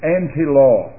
anti-law